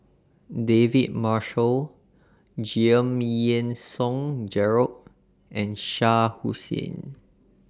David Marshall Giam Yean Song Gerald and Shah Hussain